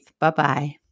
Bye-bye